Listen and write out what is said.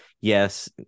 Yes